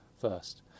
first